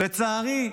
לצערי,